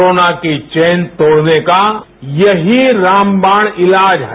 corona की chain तोड़ने का यही रामबाण इलाज है